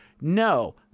no